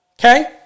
Okay